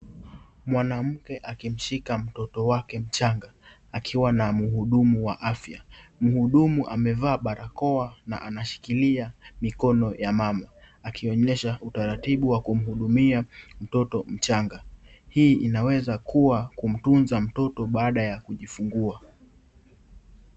Mwanamke akimshika mtoto wake mchanga akiwa na muhudumu wa afya muhudumu amevaa barakoa na anashikilia mikono ya mama akionyesha utaratibu wa kumuhudumia mtoto mchanga hii inaweza kumtunza mtoto baada ya kujifungua.